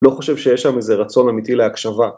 לא חושב שיש שם איזה רצון אמיתי להקשבה.